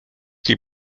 die